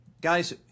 Guys